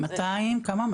200, כמה?